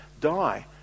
die